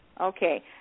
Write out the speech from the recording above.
Okay